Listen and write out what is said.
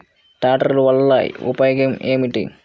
ట్రాక్టర్ల వల్ల ఉపయోగం ఏమిటీ?